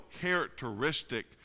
characteristic